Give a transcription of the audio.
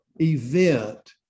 event